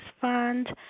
fund